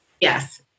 Yes